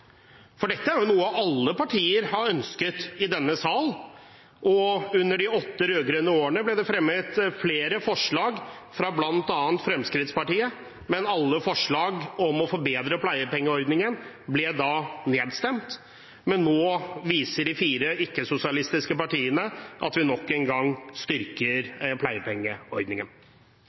ytterligere. Dette er jo noe alle partier i denne sal har ønsket, og under de åtte rød-grønne årene ble det fremmet flere forslag fra bl.a. Fremskrittspartiet, men alle forslag om å forbedre pleiepengeordningen ble da nedstemt. Nå viser de fire ikke-sosialistiske partiene at vi nok en gang styrker pleiepengeordningen.